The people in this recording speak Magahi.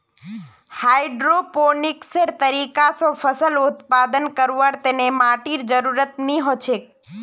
हाइड्रोपोनिक्सेर तरीका स फसल उत्पादन करवार तने माटीर जरुरत नी हछेक